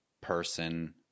person